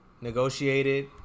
negotiated